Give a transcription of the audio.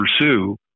pursue